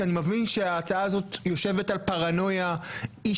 כי אני מבין שההצעה הזאת יושבת על פרנויה אישית